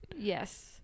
yes